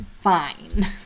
Fine